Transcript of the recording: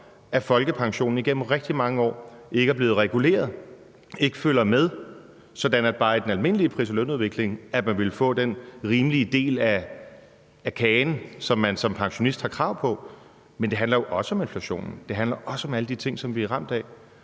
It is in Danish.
at folkepensionen igennem rigtig mange år ikke er blevet reguleret og ikke følger med, sådan at man bare i den almindelige pris- og lønudvikling ville få den rimelige del af kagen, som man som pensionist har krav på, men jo også om inflationen. Det handler også om alle de ting, som vi er ramt af.